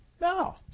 no